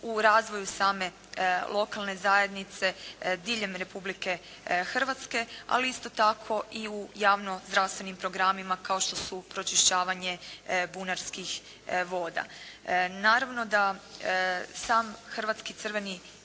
u razvoju same lokalne zajednice diljem Republike Hrvatske, ali isto tako i u javno zdravstvenim programima, kao što su pročišćavanje bunarskih voda. Naravno da sam Hrvatski crveni